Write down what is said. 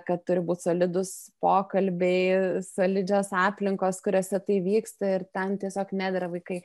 kad turi būt solidūs pokalbiai solidžios aplinkos kuriose tai vyksta ir ten tiesiog nedera vaikai